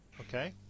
Okay